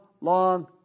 long